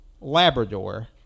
Labrador